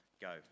Go